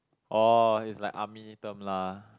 oh it's like army term lah